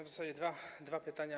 W zasadzie mam dwa pytania.